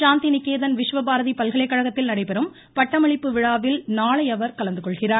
சாந்திநிகேதன் விஷ்வபாரதி பல்கலைக்கழகத்தில் நடைபெறும் பட்டமளிப்பு விழாவில் நாளை அவர் கலந்துகொள்கிறார்